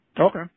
Okay